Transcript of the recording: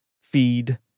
feed